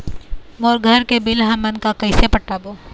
मोर घर के बिल हमन का कइसे पटाबो?